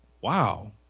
Wow